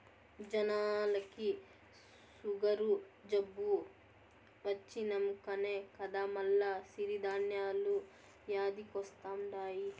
జనాలకి సుగరు జబ్బు వచ్చినంకనే కదా మల్ల సిరి ధాన్యాలు యాదికొస్తండాయి